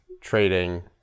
trading